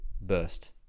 burst